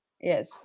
Yes